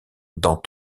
dans